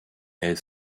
est